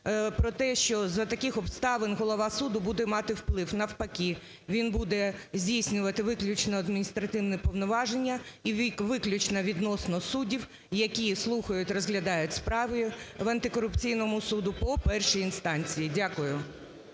про те, що за таких обставин голова суду буде мати вплив, навпаки, він буде здійснювати виключно адміністративні повноваження і виключно відносно суддів, які слухають, розглядають справи в антикорупційному суді по першій інстанції. Дякую.